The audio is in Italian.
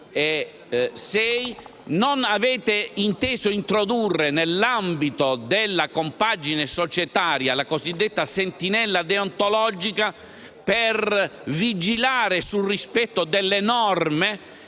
2006. Non avete inteso introdurre, nell'ambito della compagine societaria, la cosiddetta sentinella deontologica, per vigilare sul rispetto delle norme